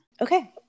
Okay